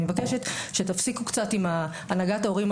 אני מבקשת שתפסיקו קצת עם: הנהגת ההורים,